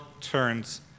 turns